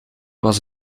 was